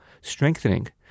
strengthening